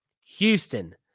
Houston